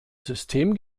system